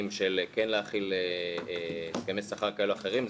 של כן להחיל הסכמי שכר כאלה ואחרים,